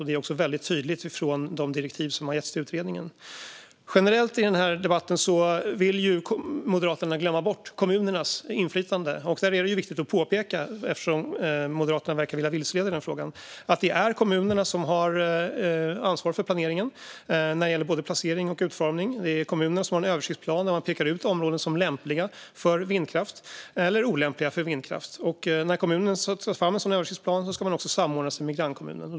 Det är tydligt i de direktiv som finns till utredningen. Generellt i debatten vill Moderaterna glömma bort kommunernas inflytande. Det är viktigt att påpeka, eftersom Moderaterna verkar vilja vilseleda i frågan, att det är kommunerna som har ansvar för planeringen när det gäller placering och utformning. Det är kommunerna som har en översiktsplan och pekar ut lämpliga eller olämpliga områden för vindkraft. När kommunen tar fram en översiktsplan ska den samordnas med grannkommunen.